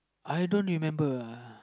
I don't remember uh